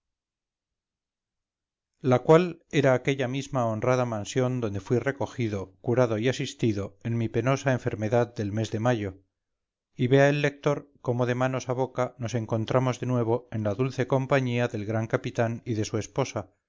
la cual era aquella misma honrada mansión donde fuí recogido curado y asistido en mi penosa enfermedad del mes de mayo y vea el lector cómo de manos a boca nos encontramos de nuevo en la dulce compañía del gran capitán y de su esposa